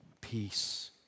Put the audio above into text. peace